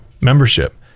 membership